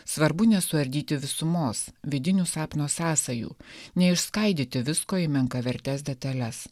svarbu nesuardyti visumos vidinių sapno sąsajų neišskaidyti visko į menkavertes detales